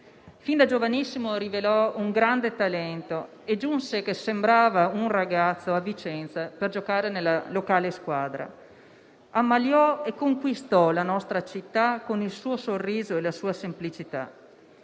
Fin da giovanissimo rivelò un grande talento e giunse a Vicenza che sembrava un ragazzo per giocare nella squadra locale. Ammaliò e conquistò la nostra città con il suo sorriso e la sua semplicità.